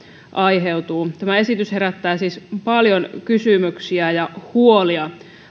aiheutuu tämä esitys herättää siis paljon kysymyksiä ja huolia